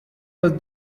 was